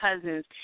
cousins